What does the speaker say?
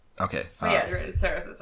okay